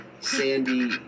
sandy